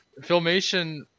Filmation